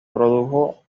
produjo